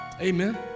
Amen